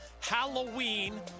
Halloween